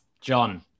John